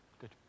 Good